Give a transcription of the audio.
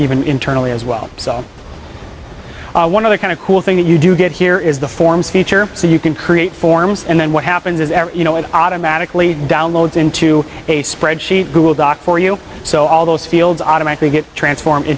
even internally as well so one of the kind of cool thing that you do get here is the forms feature so you can create forms and then what happens is you know it automatically downloads into a spreadsheet google doc for you so all those fields automatically get transform